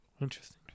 Interesting